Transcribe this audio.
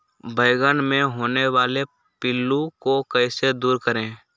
बैंगन मे होने वाले पिल्लू को कैसे दूर करें?